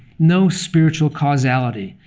no spiritual causality.